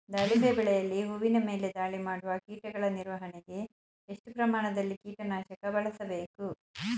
ದಾಳಿಂಬೆ ಬೆಳೆಯಲ್ಲಿ ಹೂವಿನ ಮೇಲೆ ದಾಳಿ ಮಾಡುವ ಕೀಟಗಳ ನಿರ್ವಹಣೆಗೆ, ಎಷ್ಟು ಪ್ರಮಾಣದಲ್ಲಿ ಕೀಟ ನಾಶಕ ಬಳಸಬೇಕು?